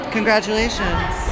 Congratulations